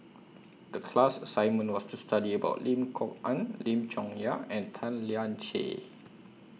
The class assignment was to study about Lim Kok Ann Lim Chong Yah and Tan Lian Chye